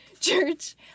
church